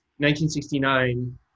1969